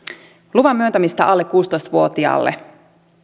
luvan myöntämistä alle kuusitoista vuotiaalle